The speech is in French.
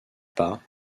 pas